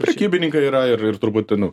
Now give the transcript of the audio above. prekybininkai yra ir ir turbūt ir nu